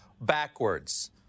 backwards